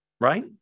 right